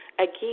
again